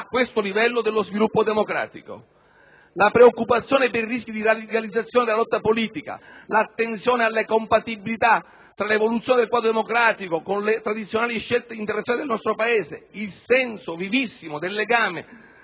a questo livello dello sviluppo democratico». La preoccupazione per i rischi di radicalizzazione della lotta politica, l'attenzione alla compatibilità tra l'evoluzione del quadro democratico con le tradizionali scelte internazionali del nostro Paese, il senso vivissimo del legame